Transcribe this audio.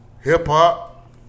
hip-hop